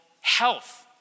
health